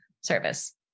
service